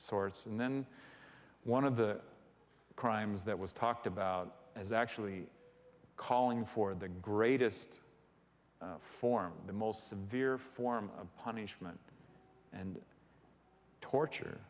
sorts and then one of the crimes that was talked about as actually calling for the greatest form the most severe form of punishment and torture